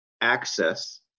access